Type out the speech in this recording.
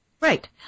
Right